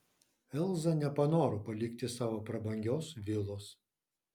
elza nepanoro palikti savo prabangios vilos